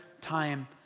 time